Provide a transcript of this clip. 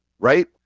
right